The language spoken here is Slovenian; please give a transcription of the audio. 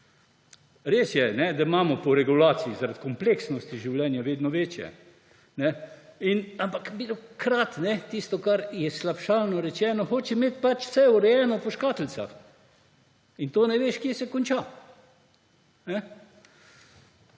Res je, da imamo pa regulacije zaradi kompleksnosti življenja vedno večje, ampak birokrat – kot slabšalno rečemo – hoče imeti pač vse urejeno po škatlicah in ne veš, kje se to konča.